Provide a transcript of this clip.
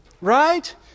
Right